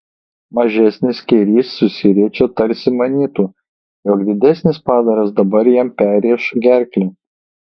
mažesnis skėrys susiriečia tarsi manytų jog didesnis padaras dabar jam perrėš gerklę